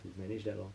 to manage that lor